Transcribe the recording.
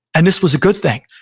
and this was a good thing.